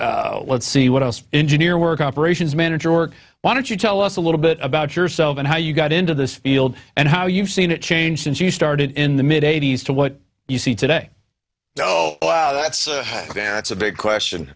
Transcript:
work let's see what else engineer work operations manager or why don't you tell us a little bit about yourself and how you got into this field and how you've seen it change since you started in the mid eighty's to what you see today well wow that's a big question